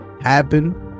happen